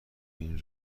این